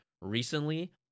recently